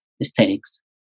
aesthetics